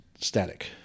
static